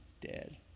dead